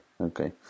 Okay